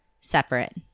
separate